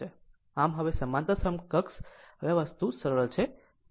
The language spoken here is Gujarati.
આમ હવે સમાંતર સમકક્ષ હવે આ આ સરળ વસ્તુ છે આ સરળ ઉદાહરણ કરશે